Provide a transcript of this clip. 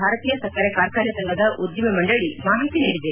ಭಾರತೀಯ ಸಕ್ಕರೆ ಕಾರ್ಖಾನೆ ಸಂಘದ ಉದ್ವಿಮೆ ಮಂಡಳಿ ಮಾಹಿತಿ ನೀಡಿದೆ